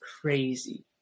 crazy